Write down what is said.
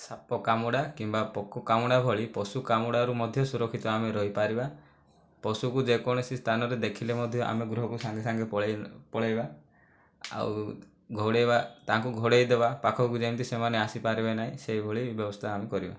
ସାପ କାମୁଡ଼ା କିମ୍ବା ପୋକ କାମୁଡ଼ା ଭଳି ପଶୁ କାମୁଡ଼ାରୁ ଆମେ ମଧ୍ୟ ସୁରକ୍ଷିତ ରହିପାରିବା ପଶୁକୁ ଯେ କୌଣସି ସ୍ଥାନରେ ଦେଖିଲେ ମଧ୍ୟ ଆମେ ଗୃହକୁ ସାଙ୍ଗେ ସାଙ୍ଗେ ପଳେଇ ପଳେଇବା ଆଉ ଘଉଡ଼େଇବା ତାଙ୍କୁ ଘୋଡ଼େଇଦେବା ପାଖକୁ ଯେମିତି ସେମାନେ ଆସିପରିବେ ନାହିଁ ସେହିଭଳି ବ୍ୟବସ୍ଥା ଆମେ କରିବା